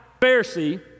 Pharisee